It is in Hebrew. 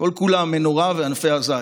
כל-כולה המנורה וענפי הזית.